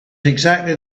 exactly